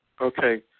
okay